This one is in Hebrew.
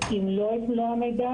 אם לא את מלוא המידע,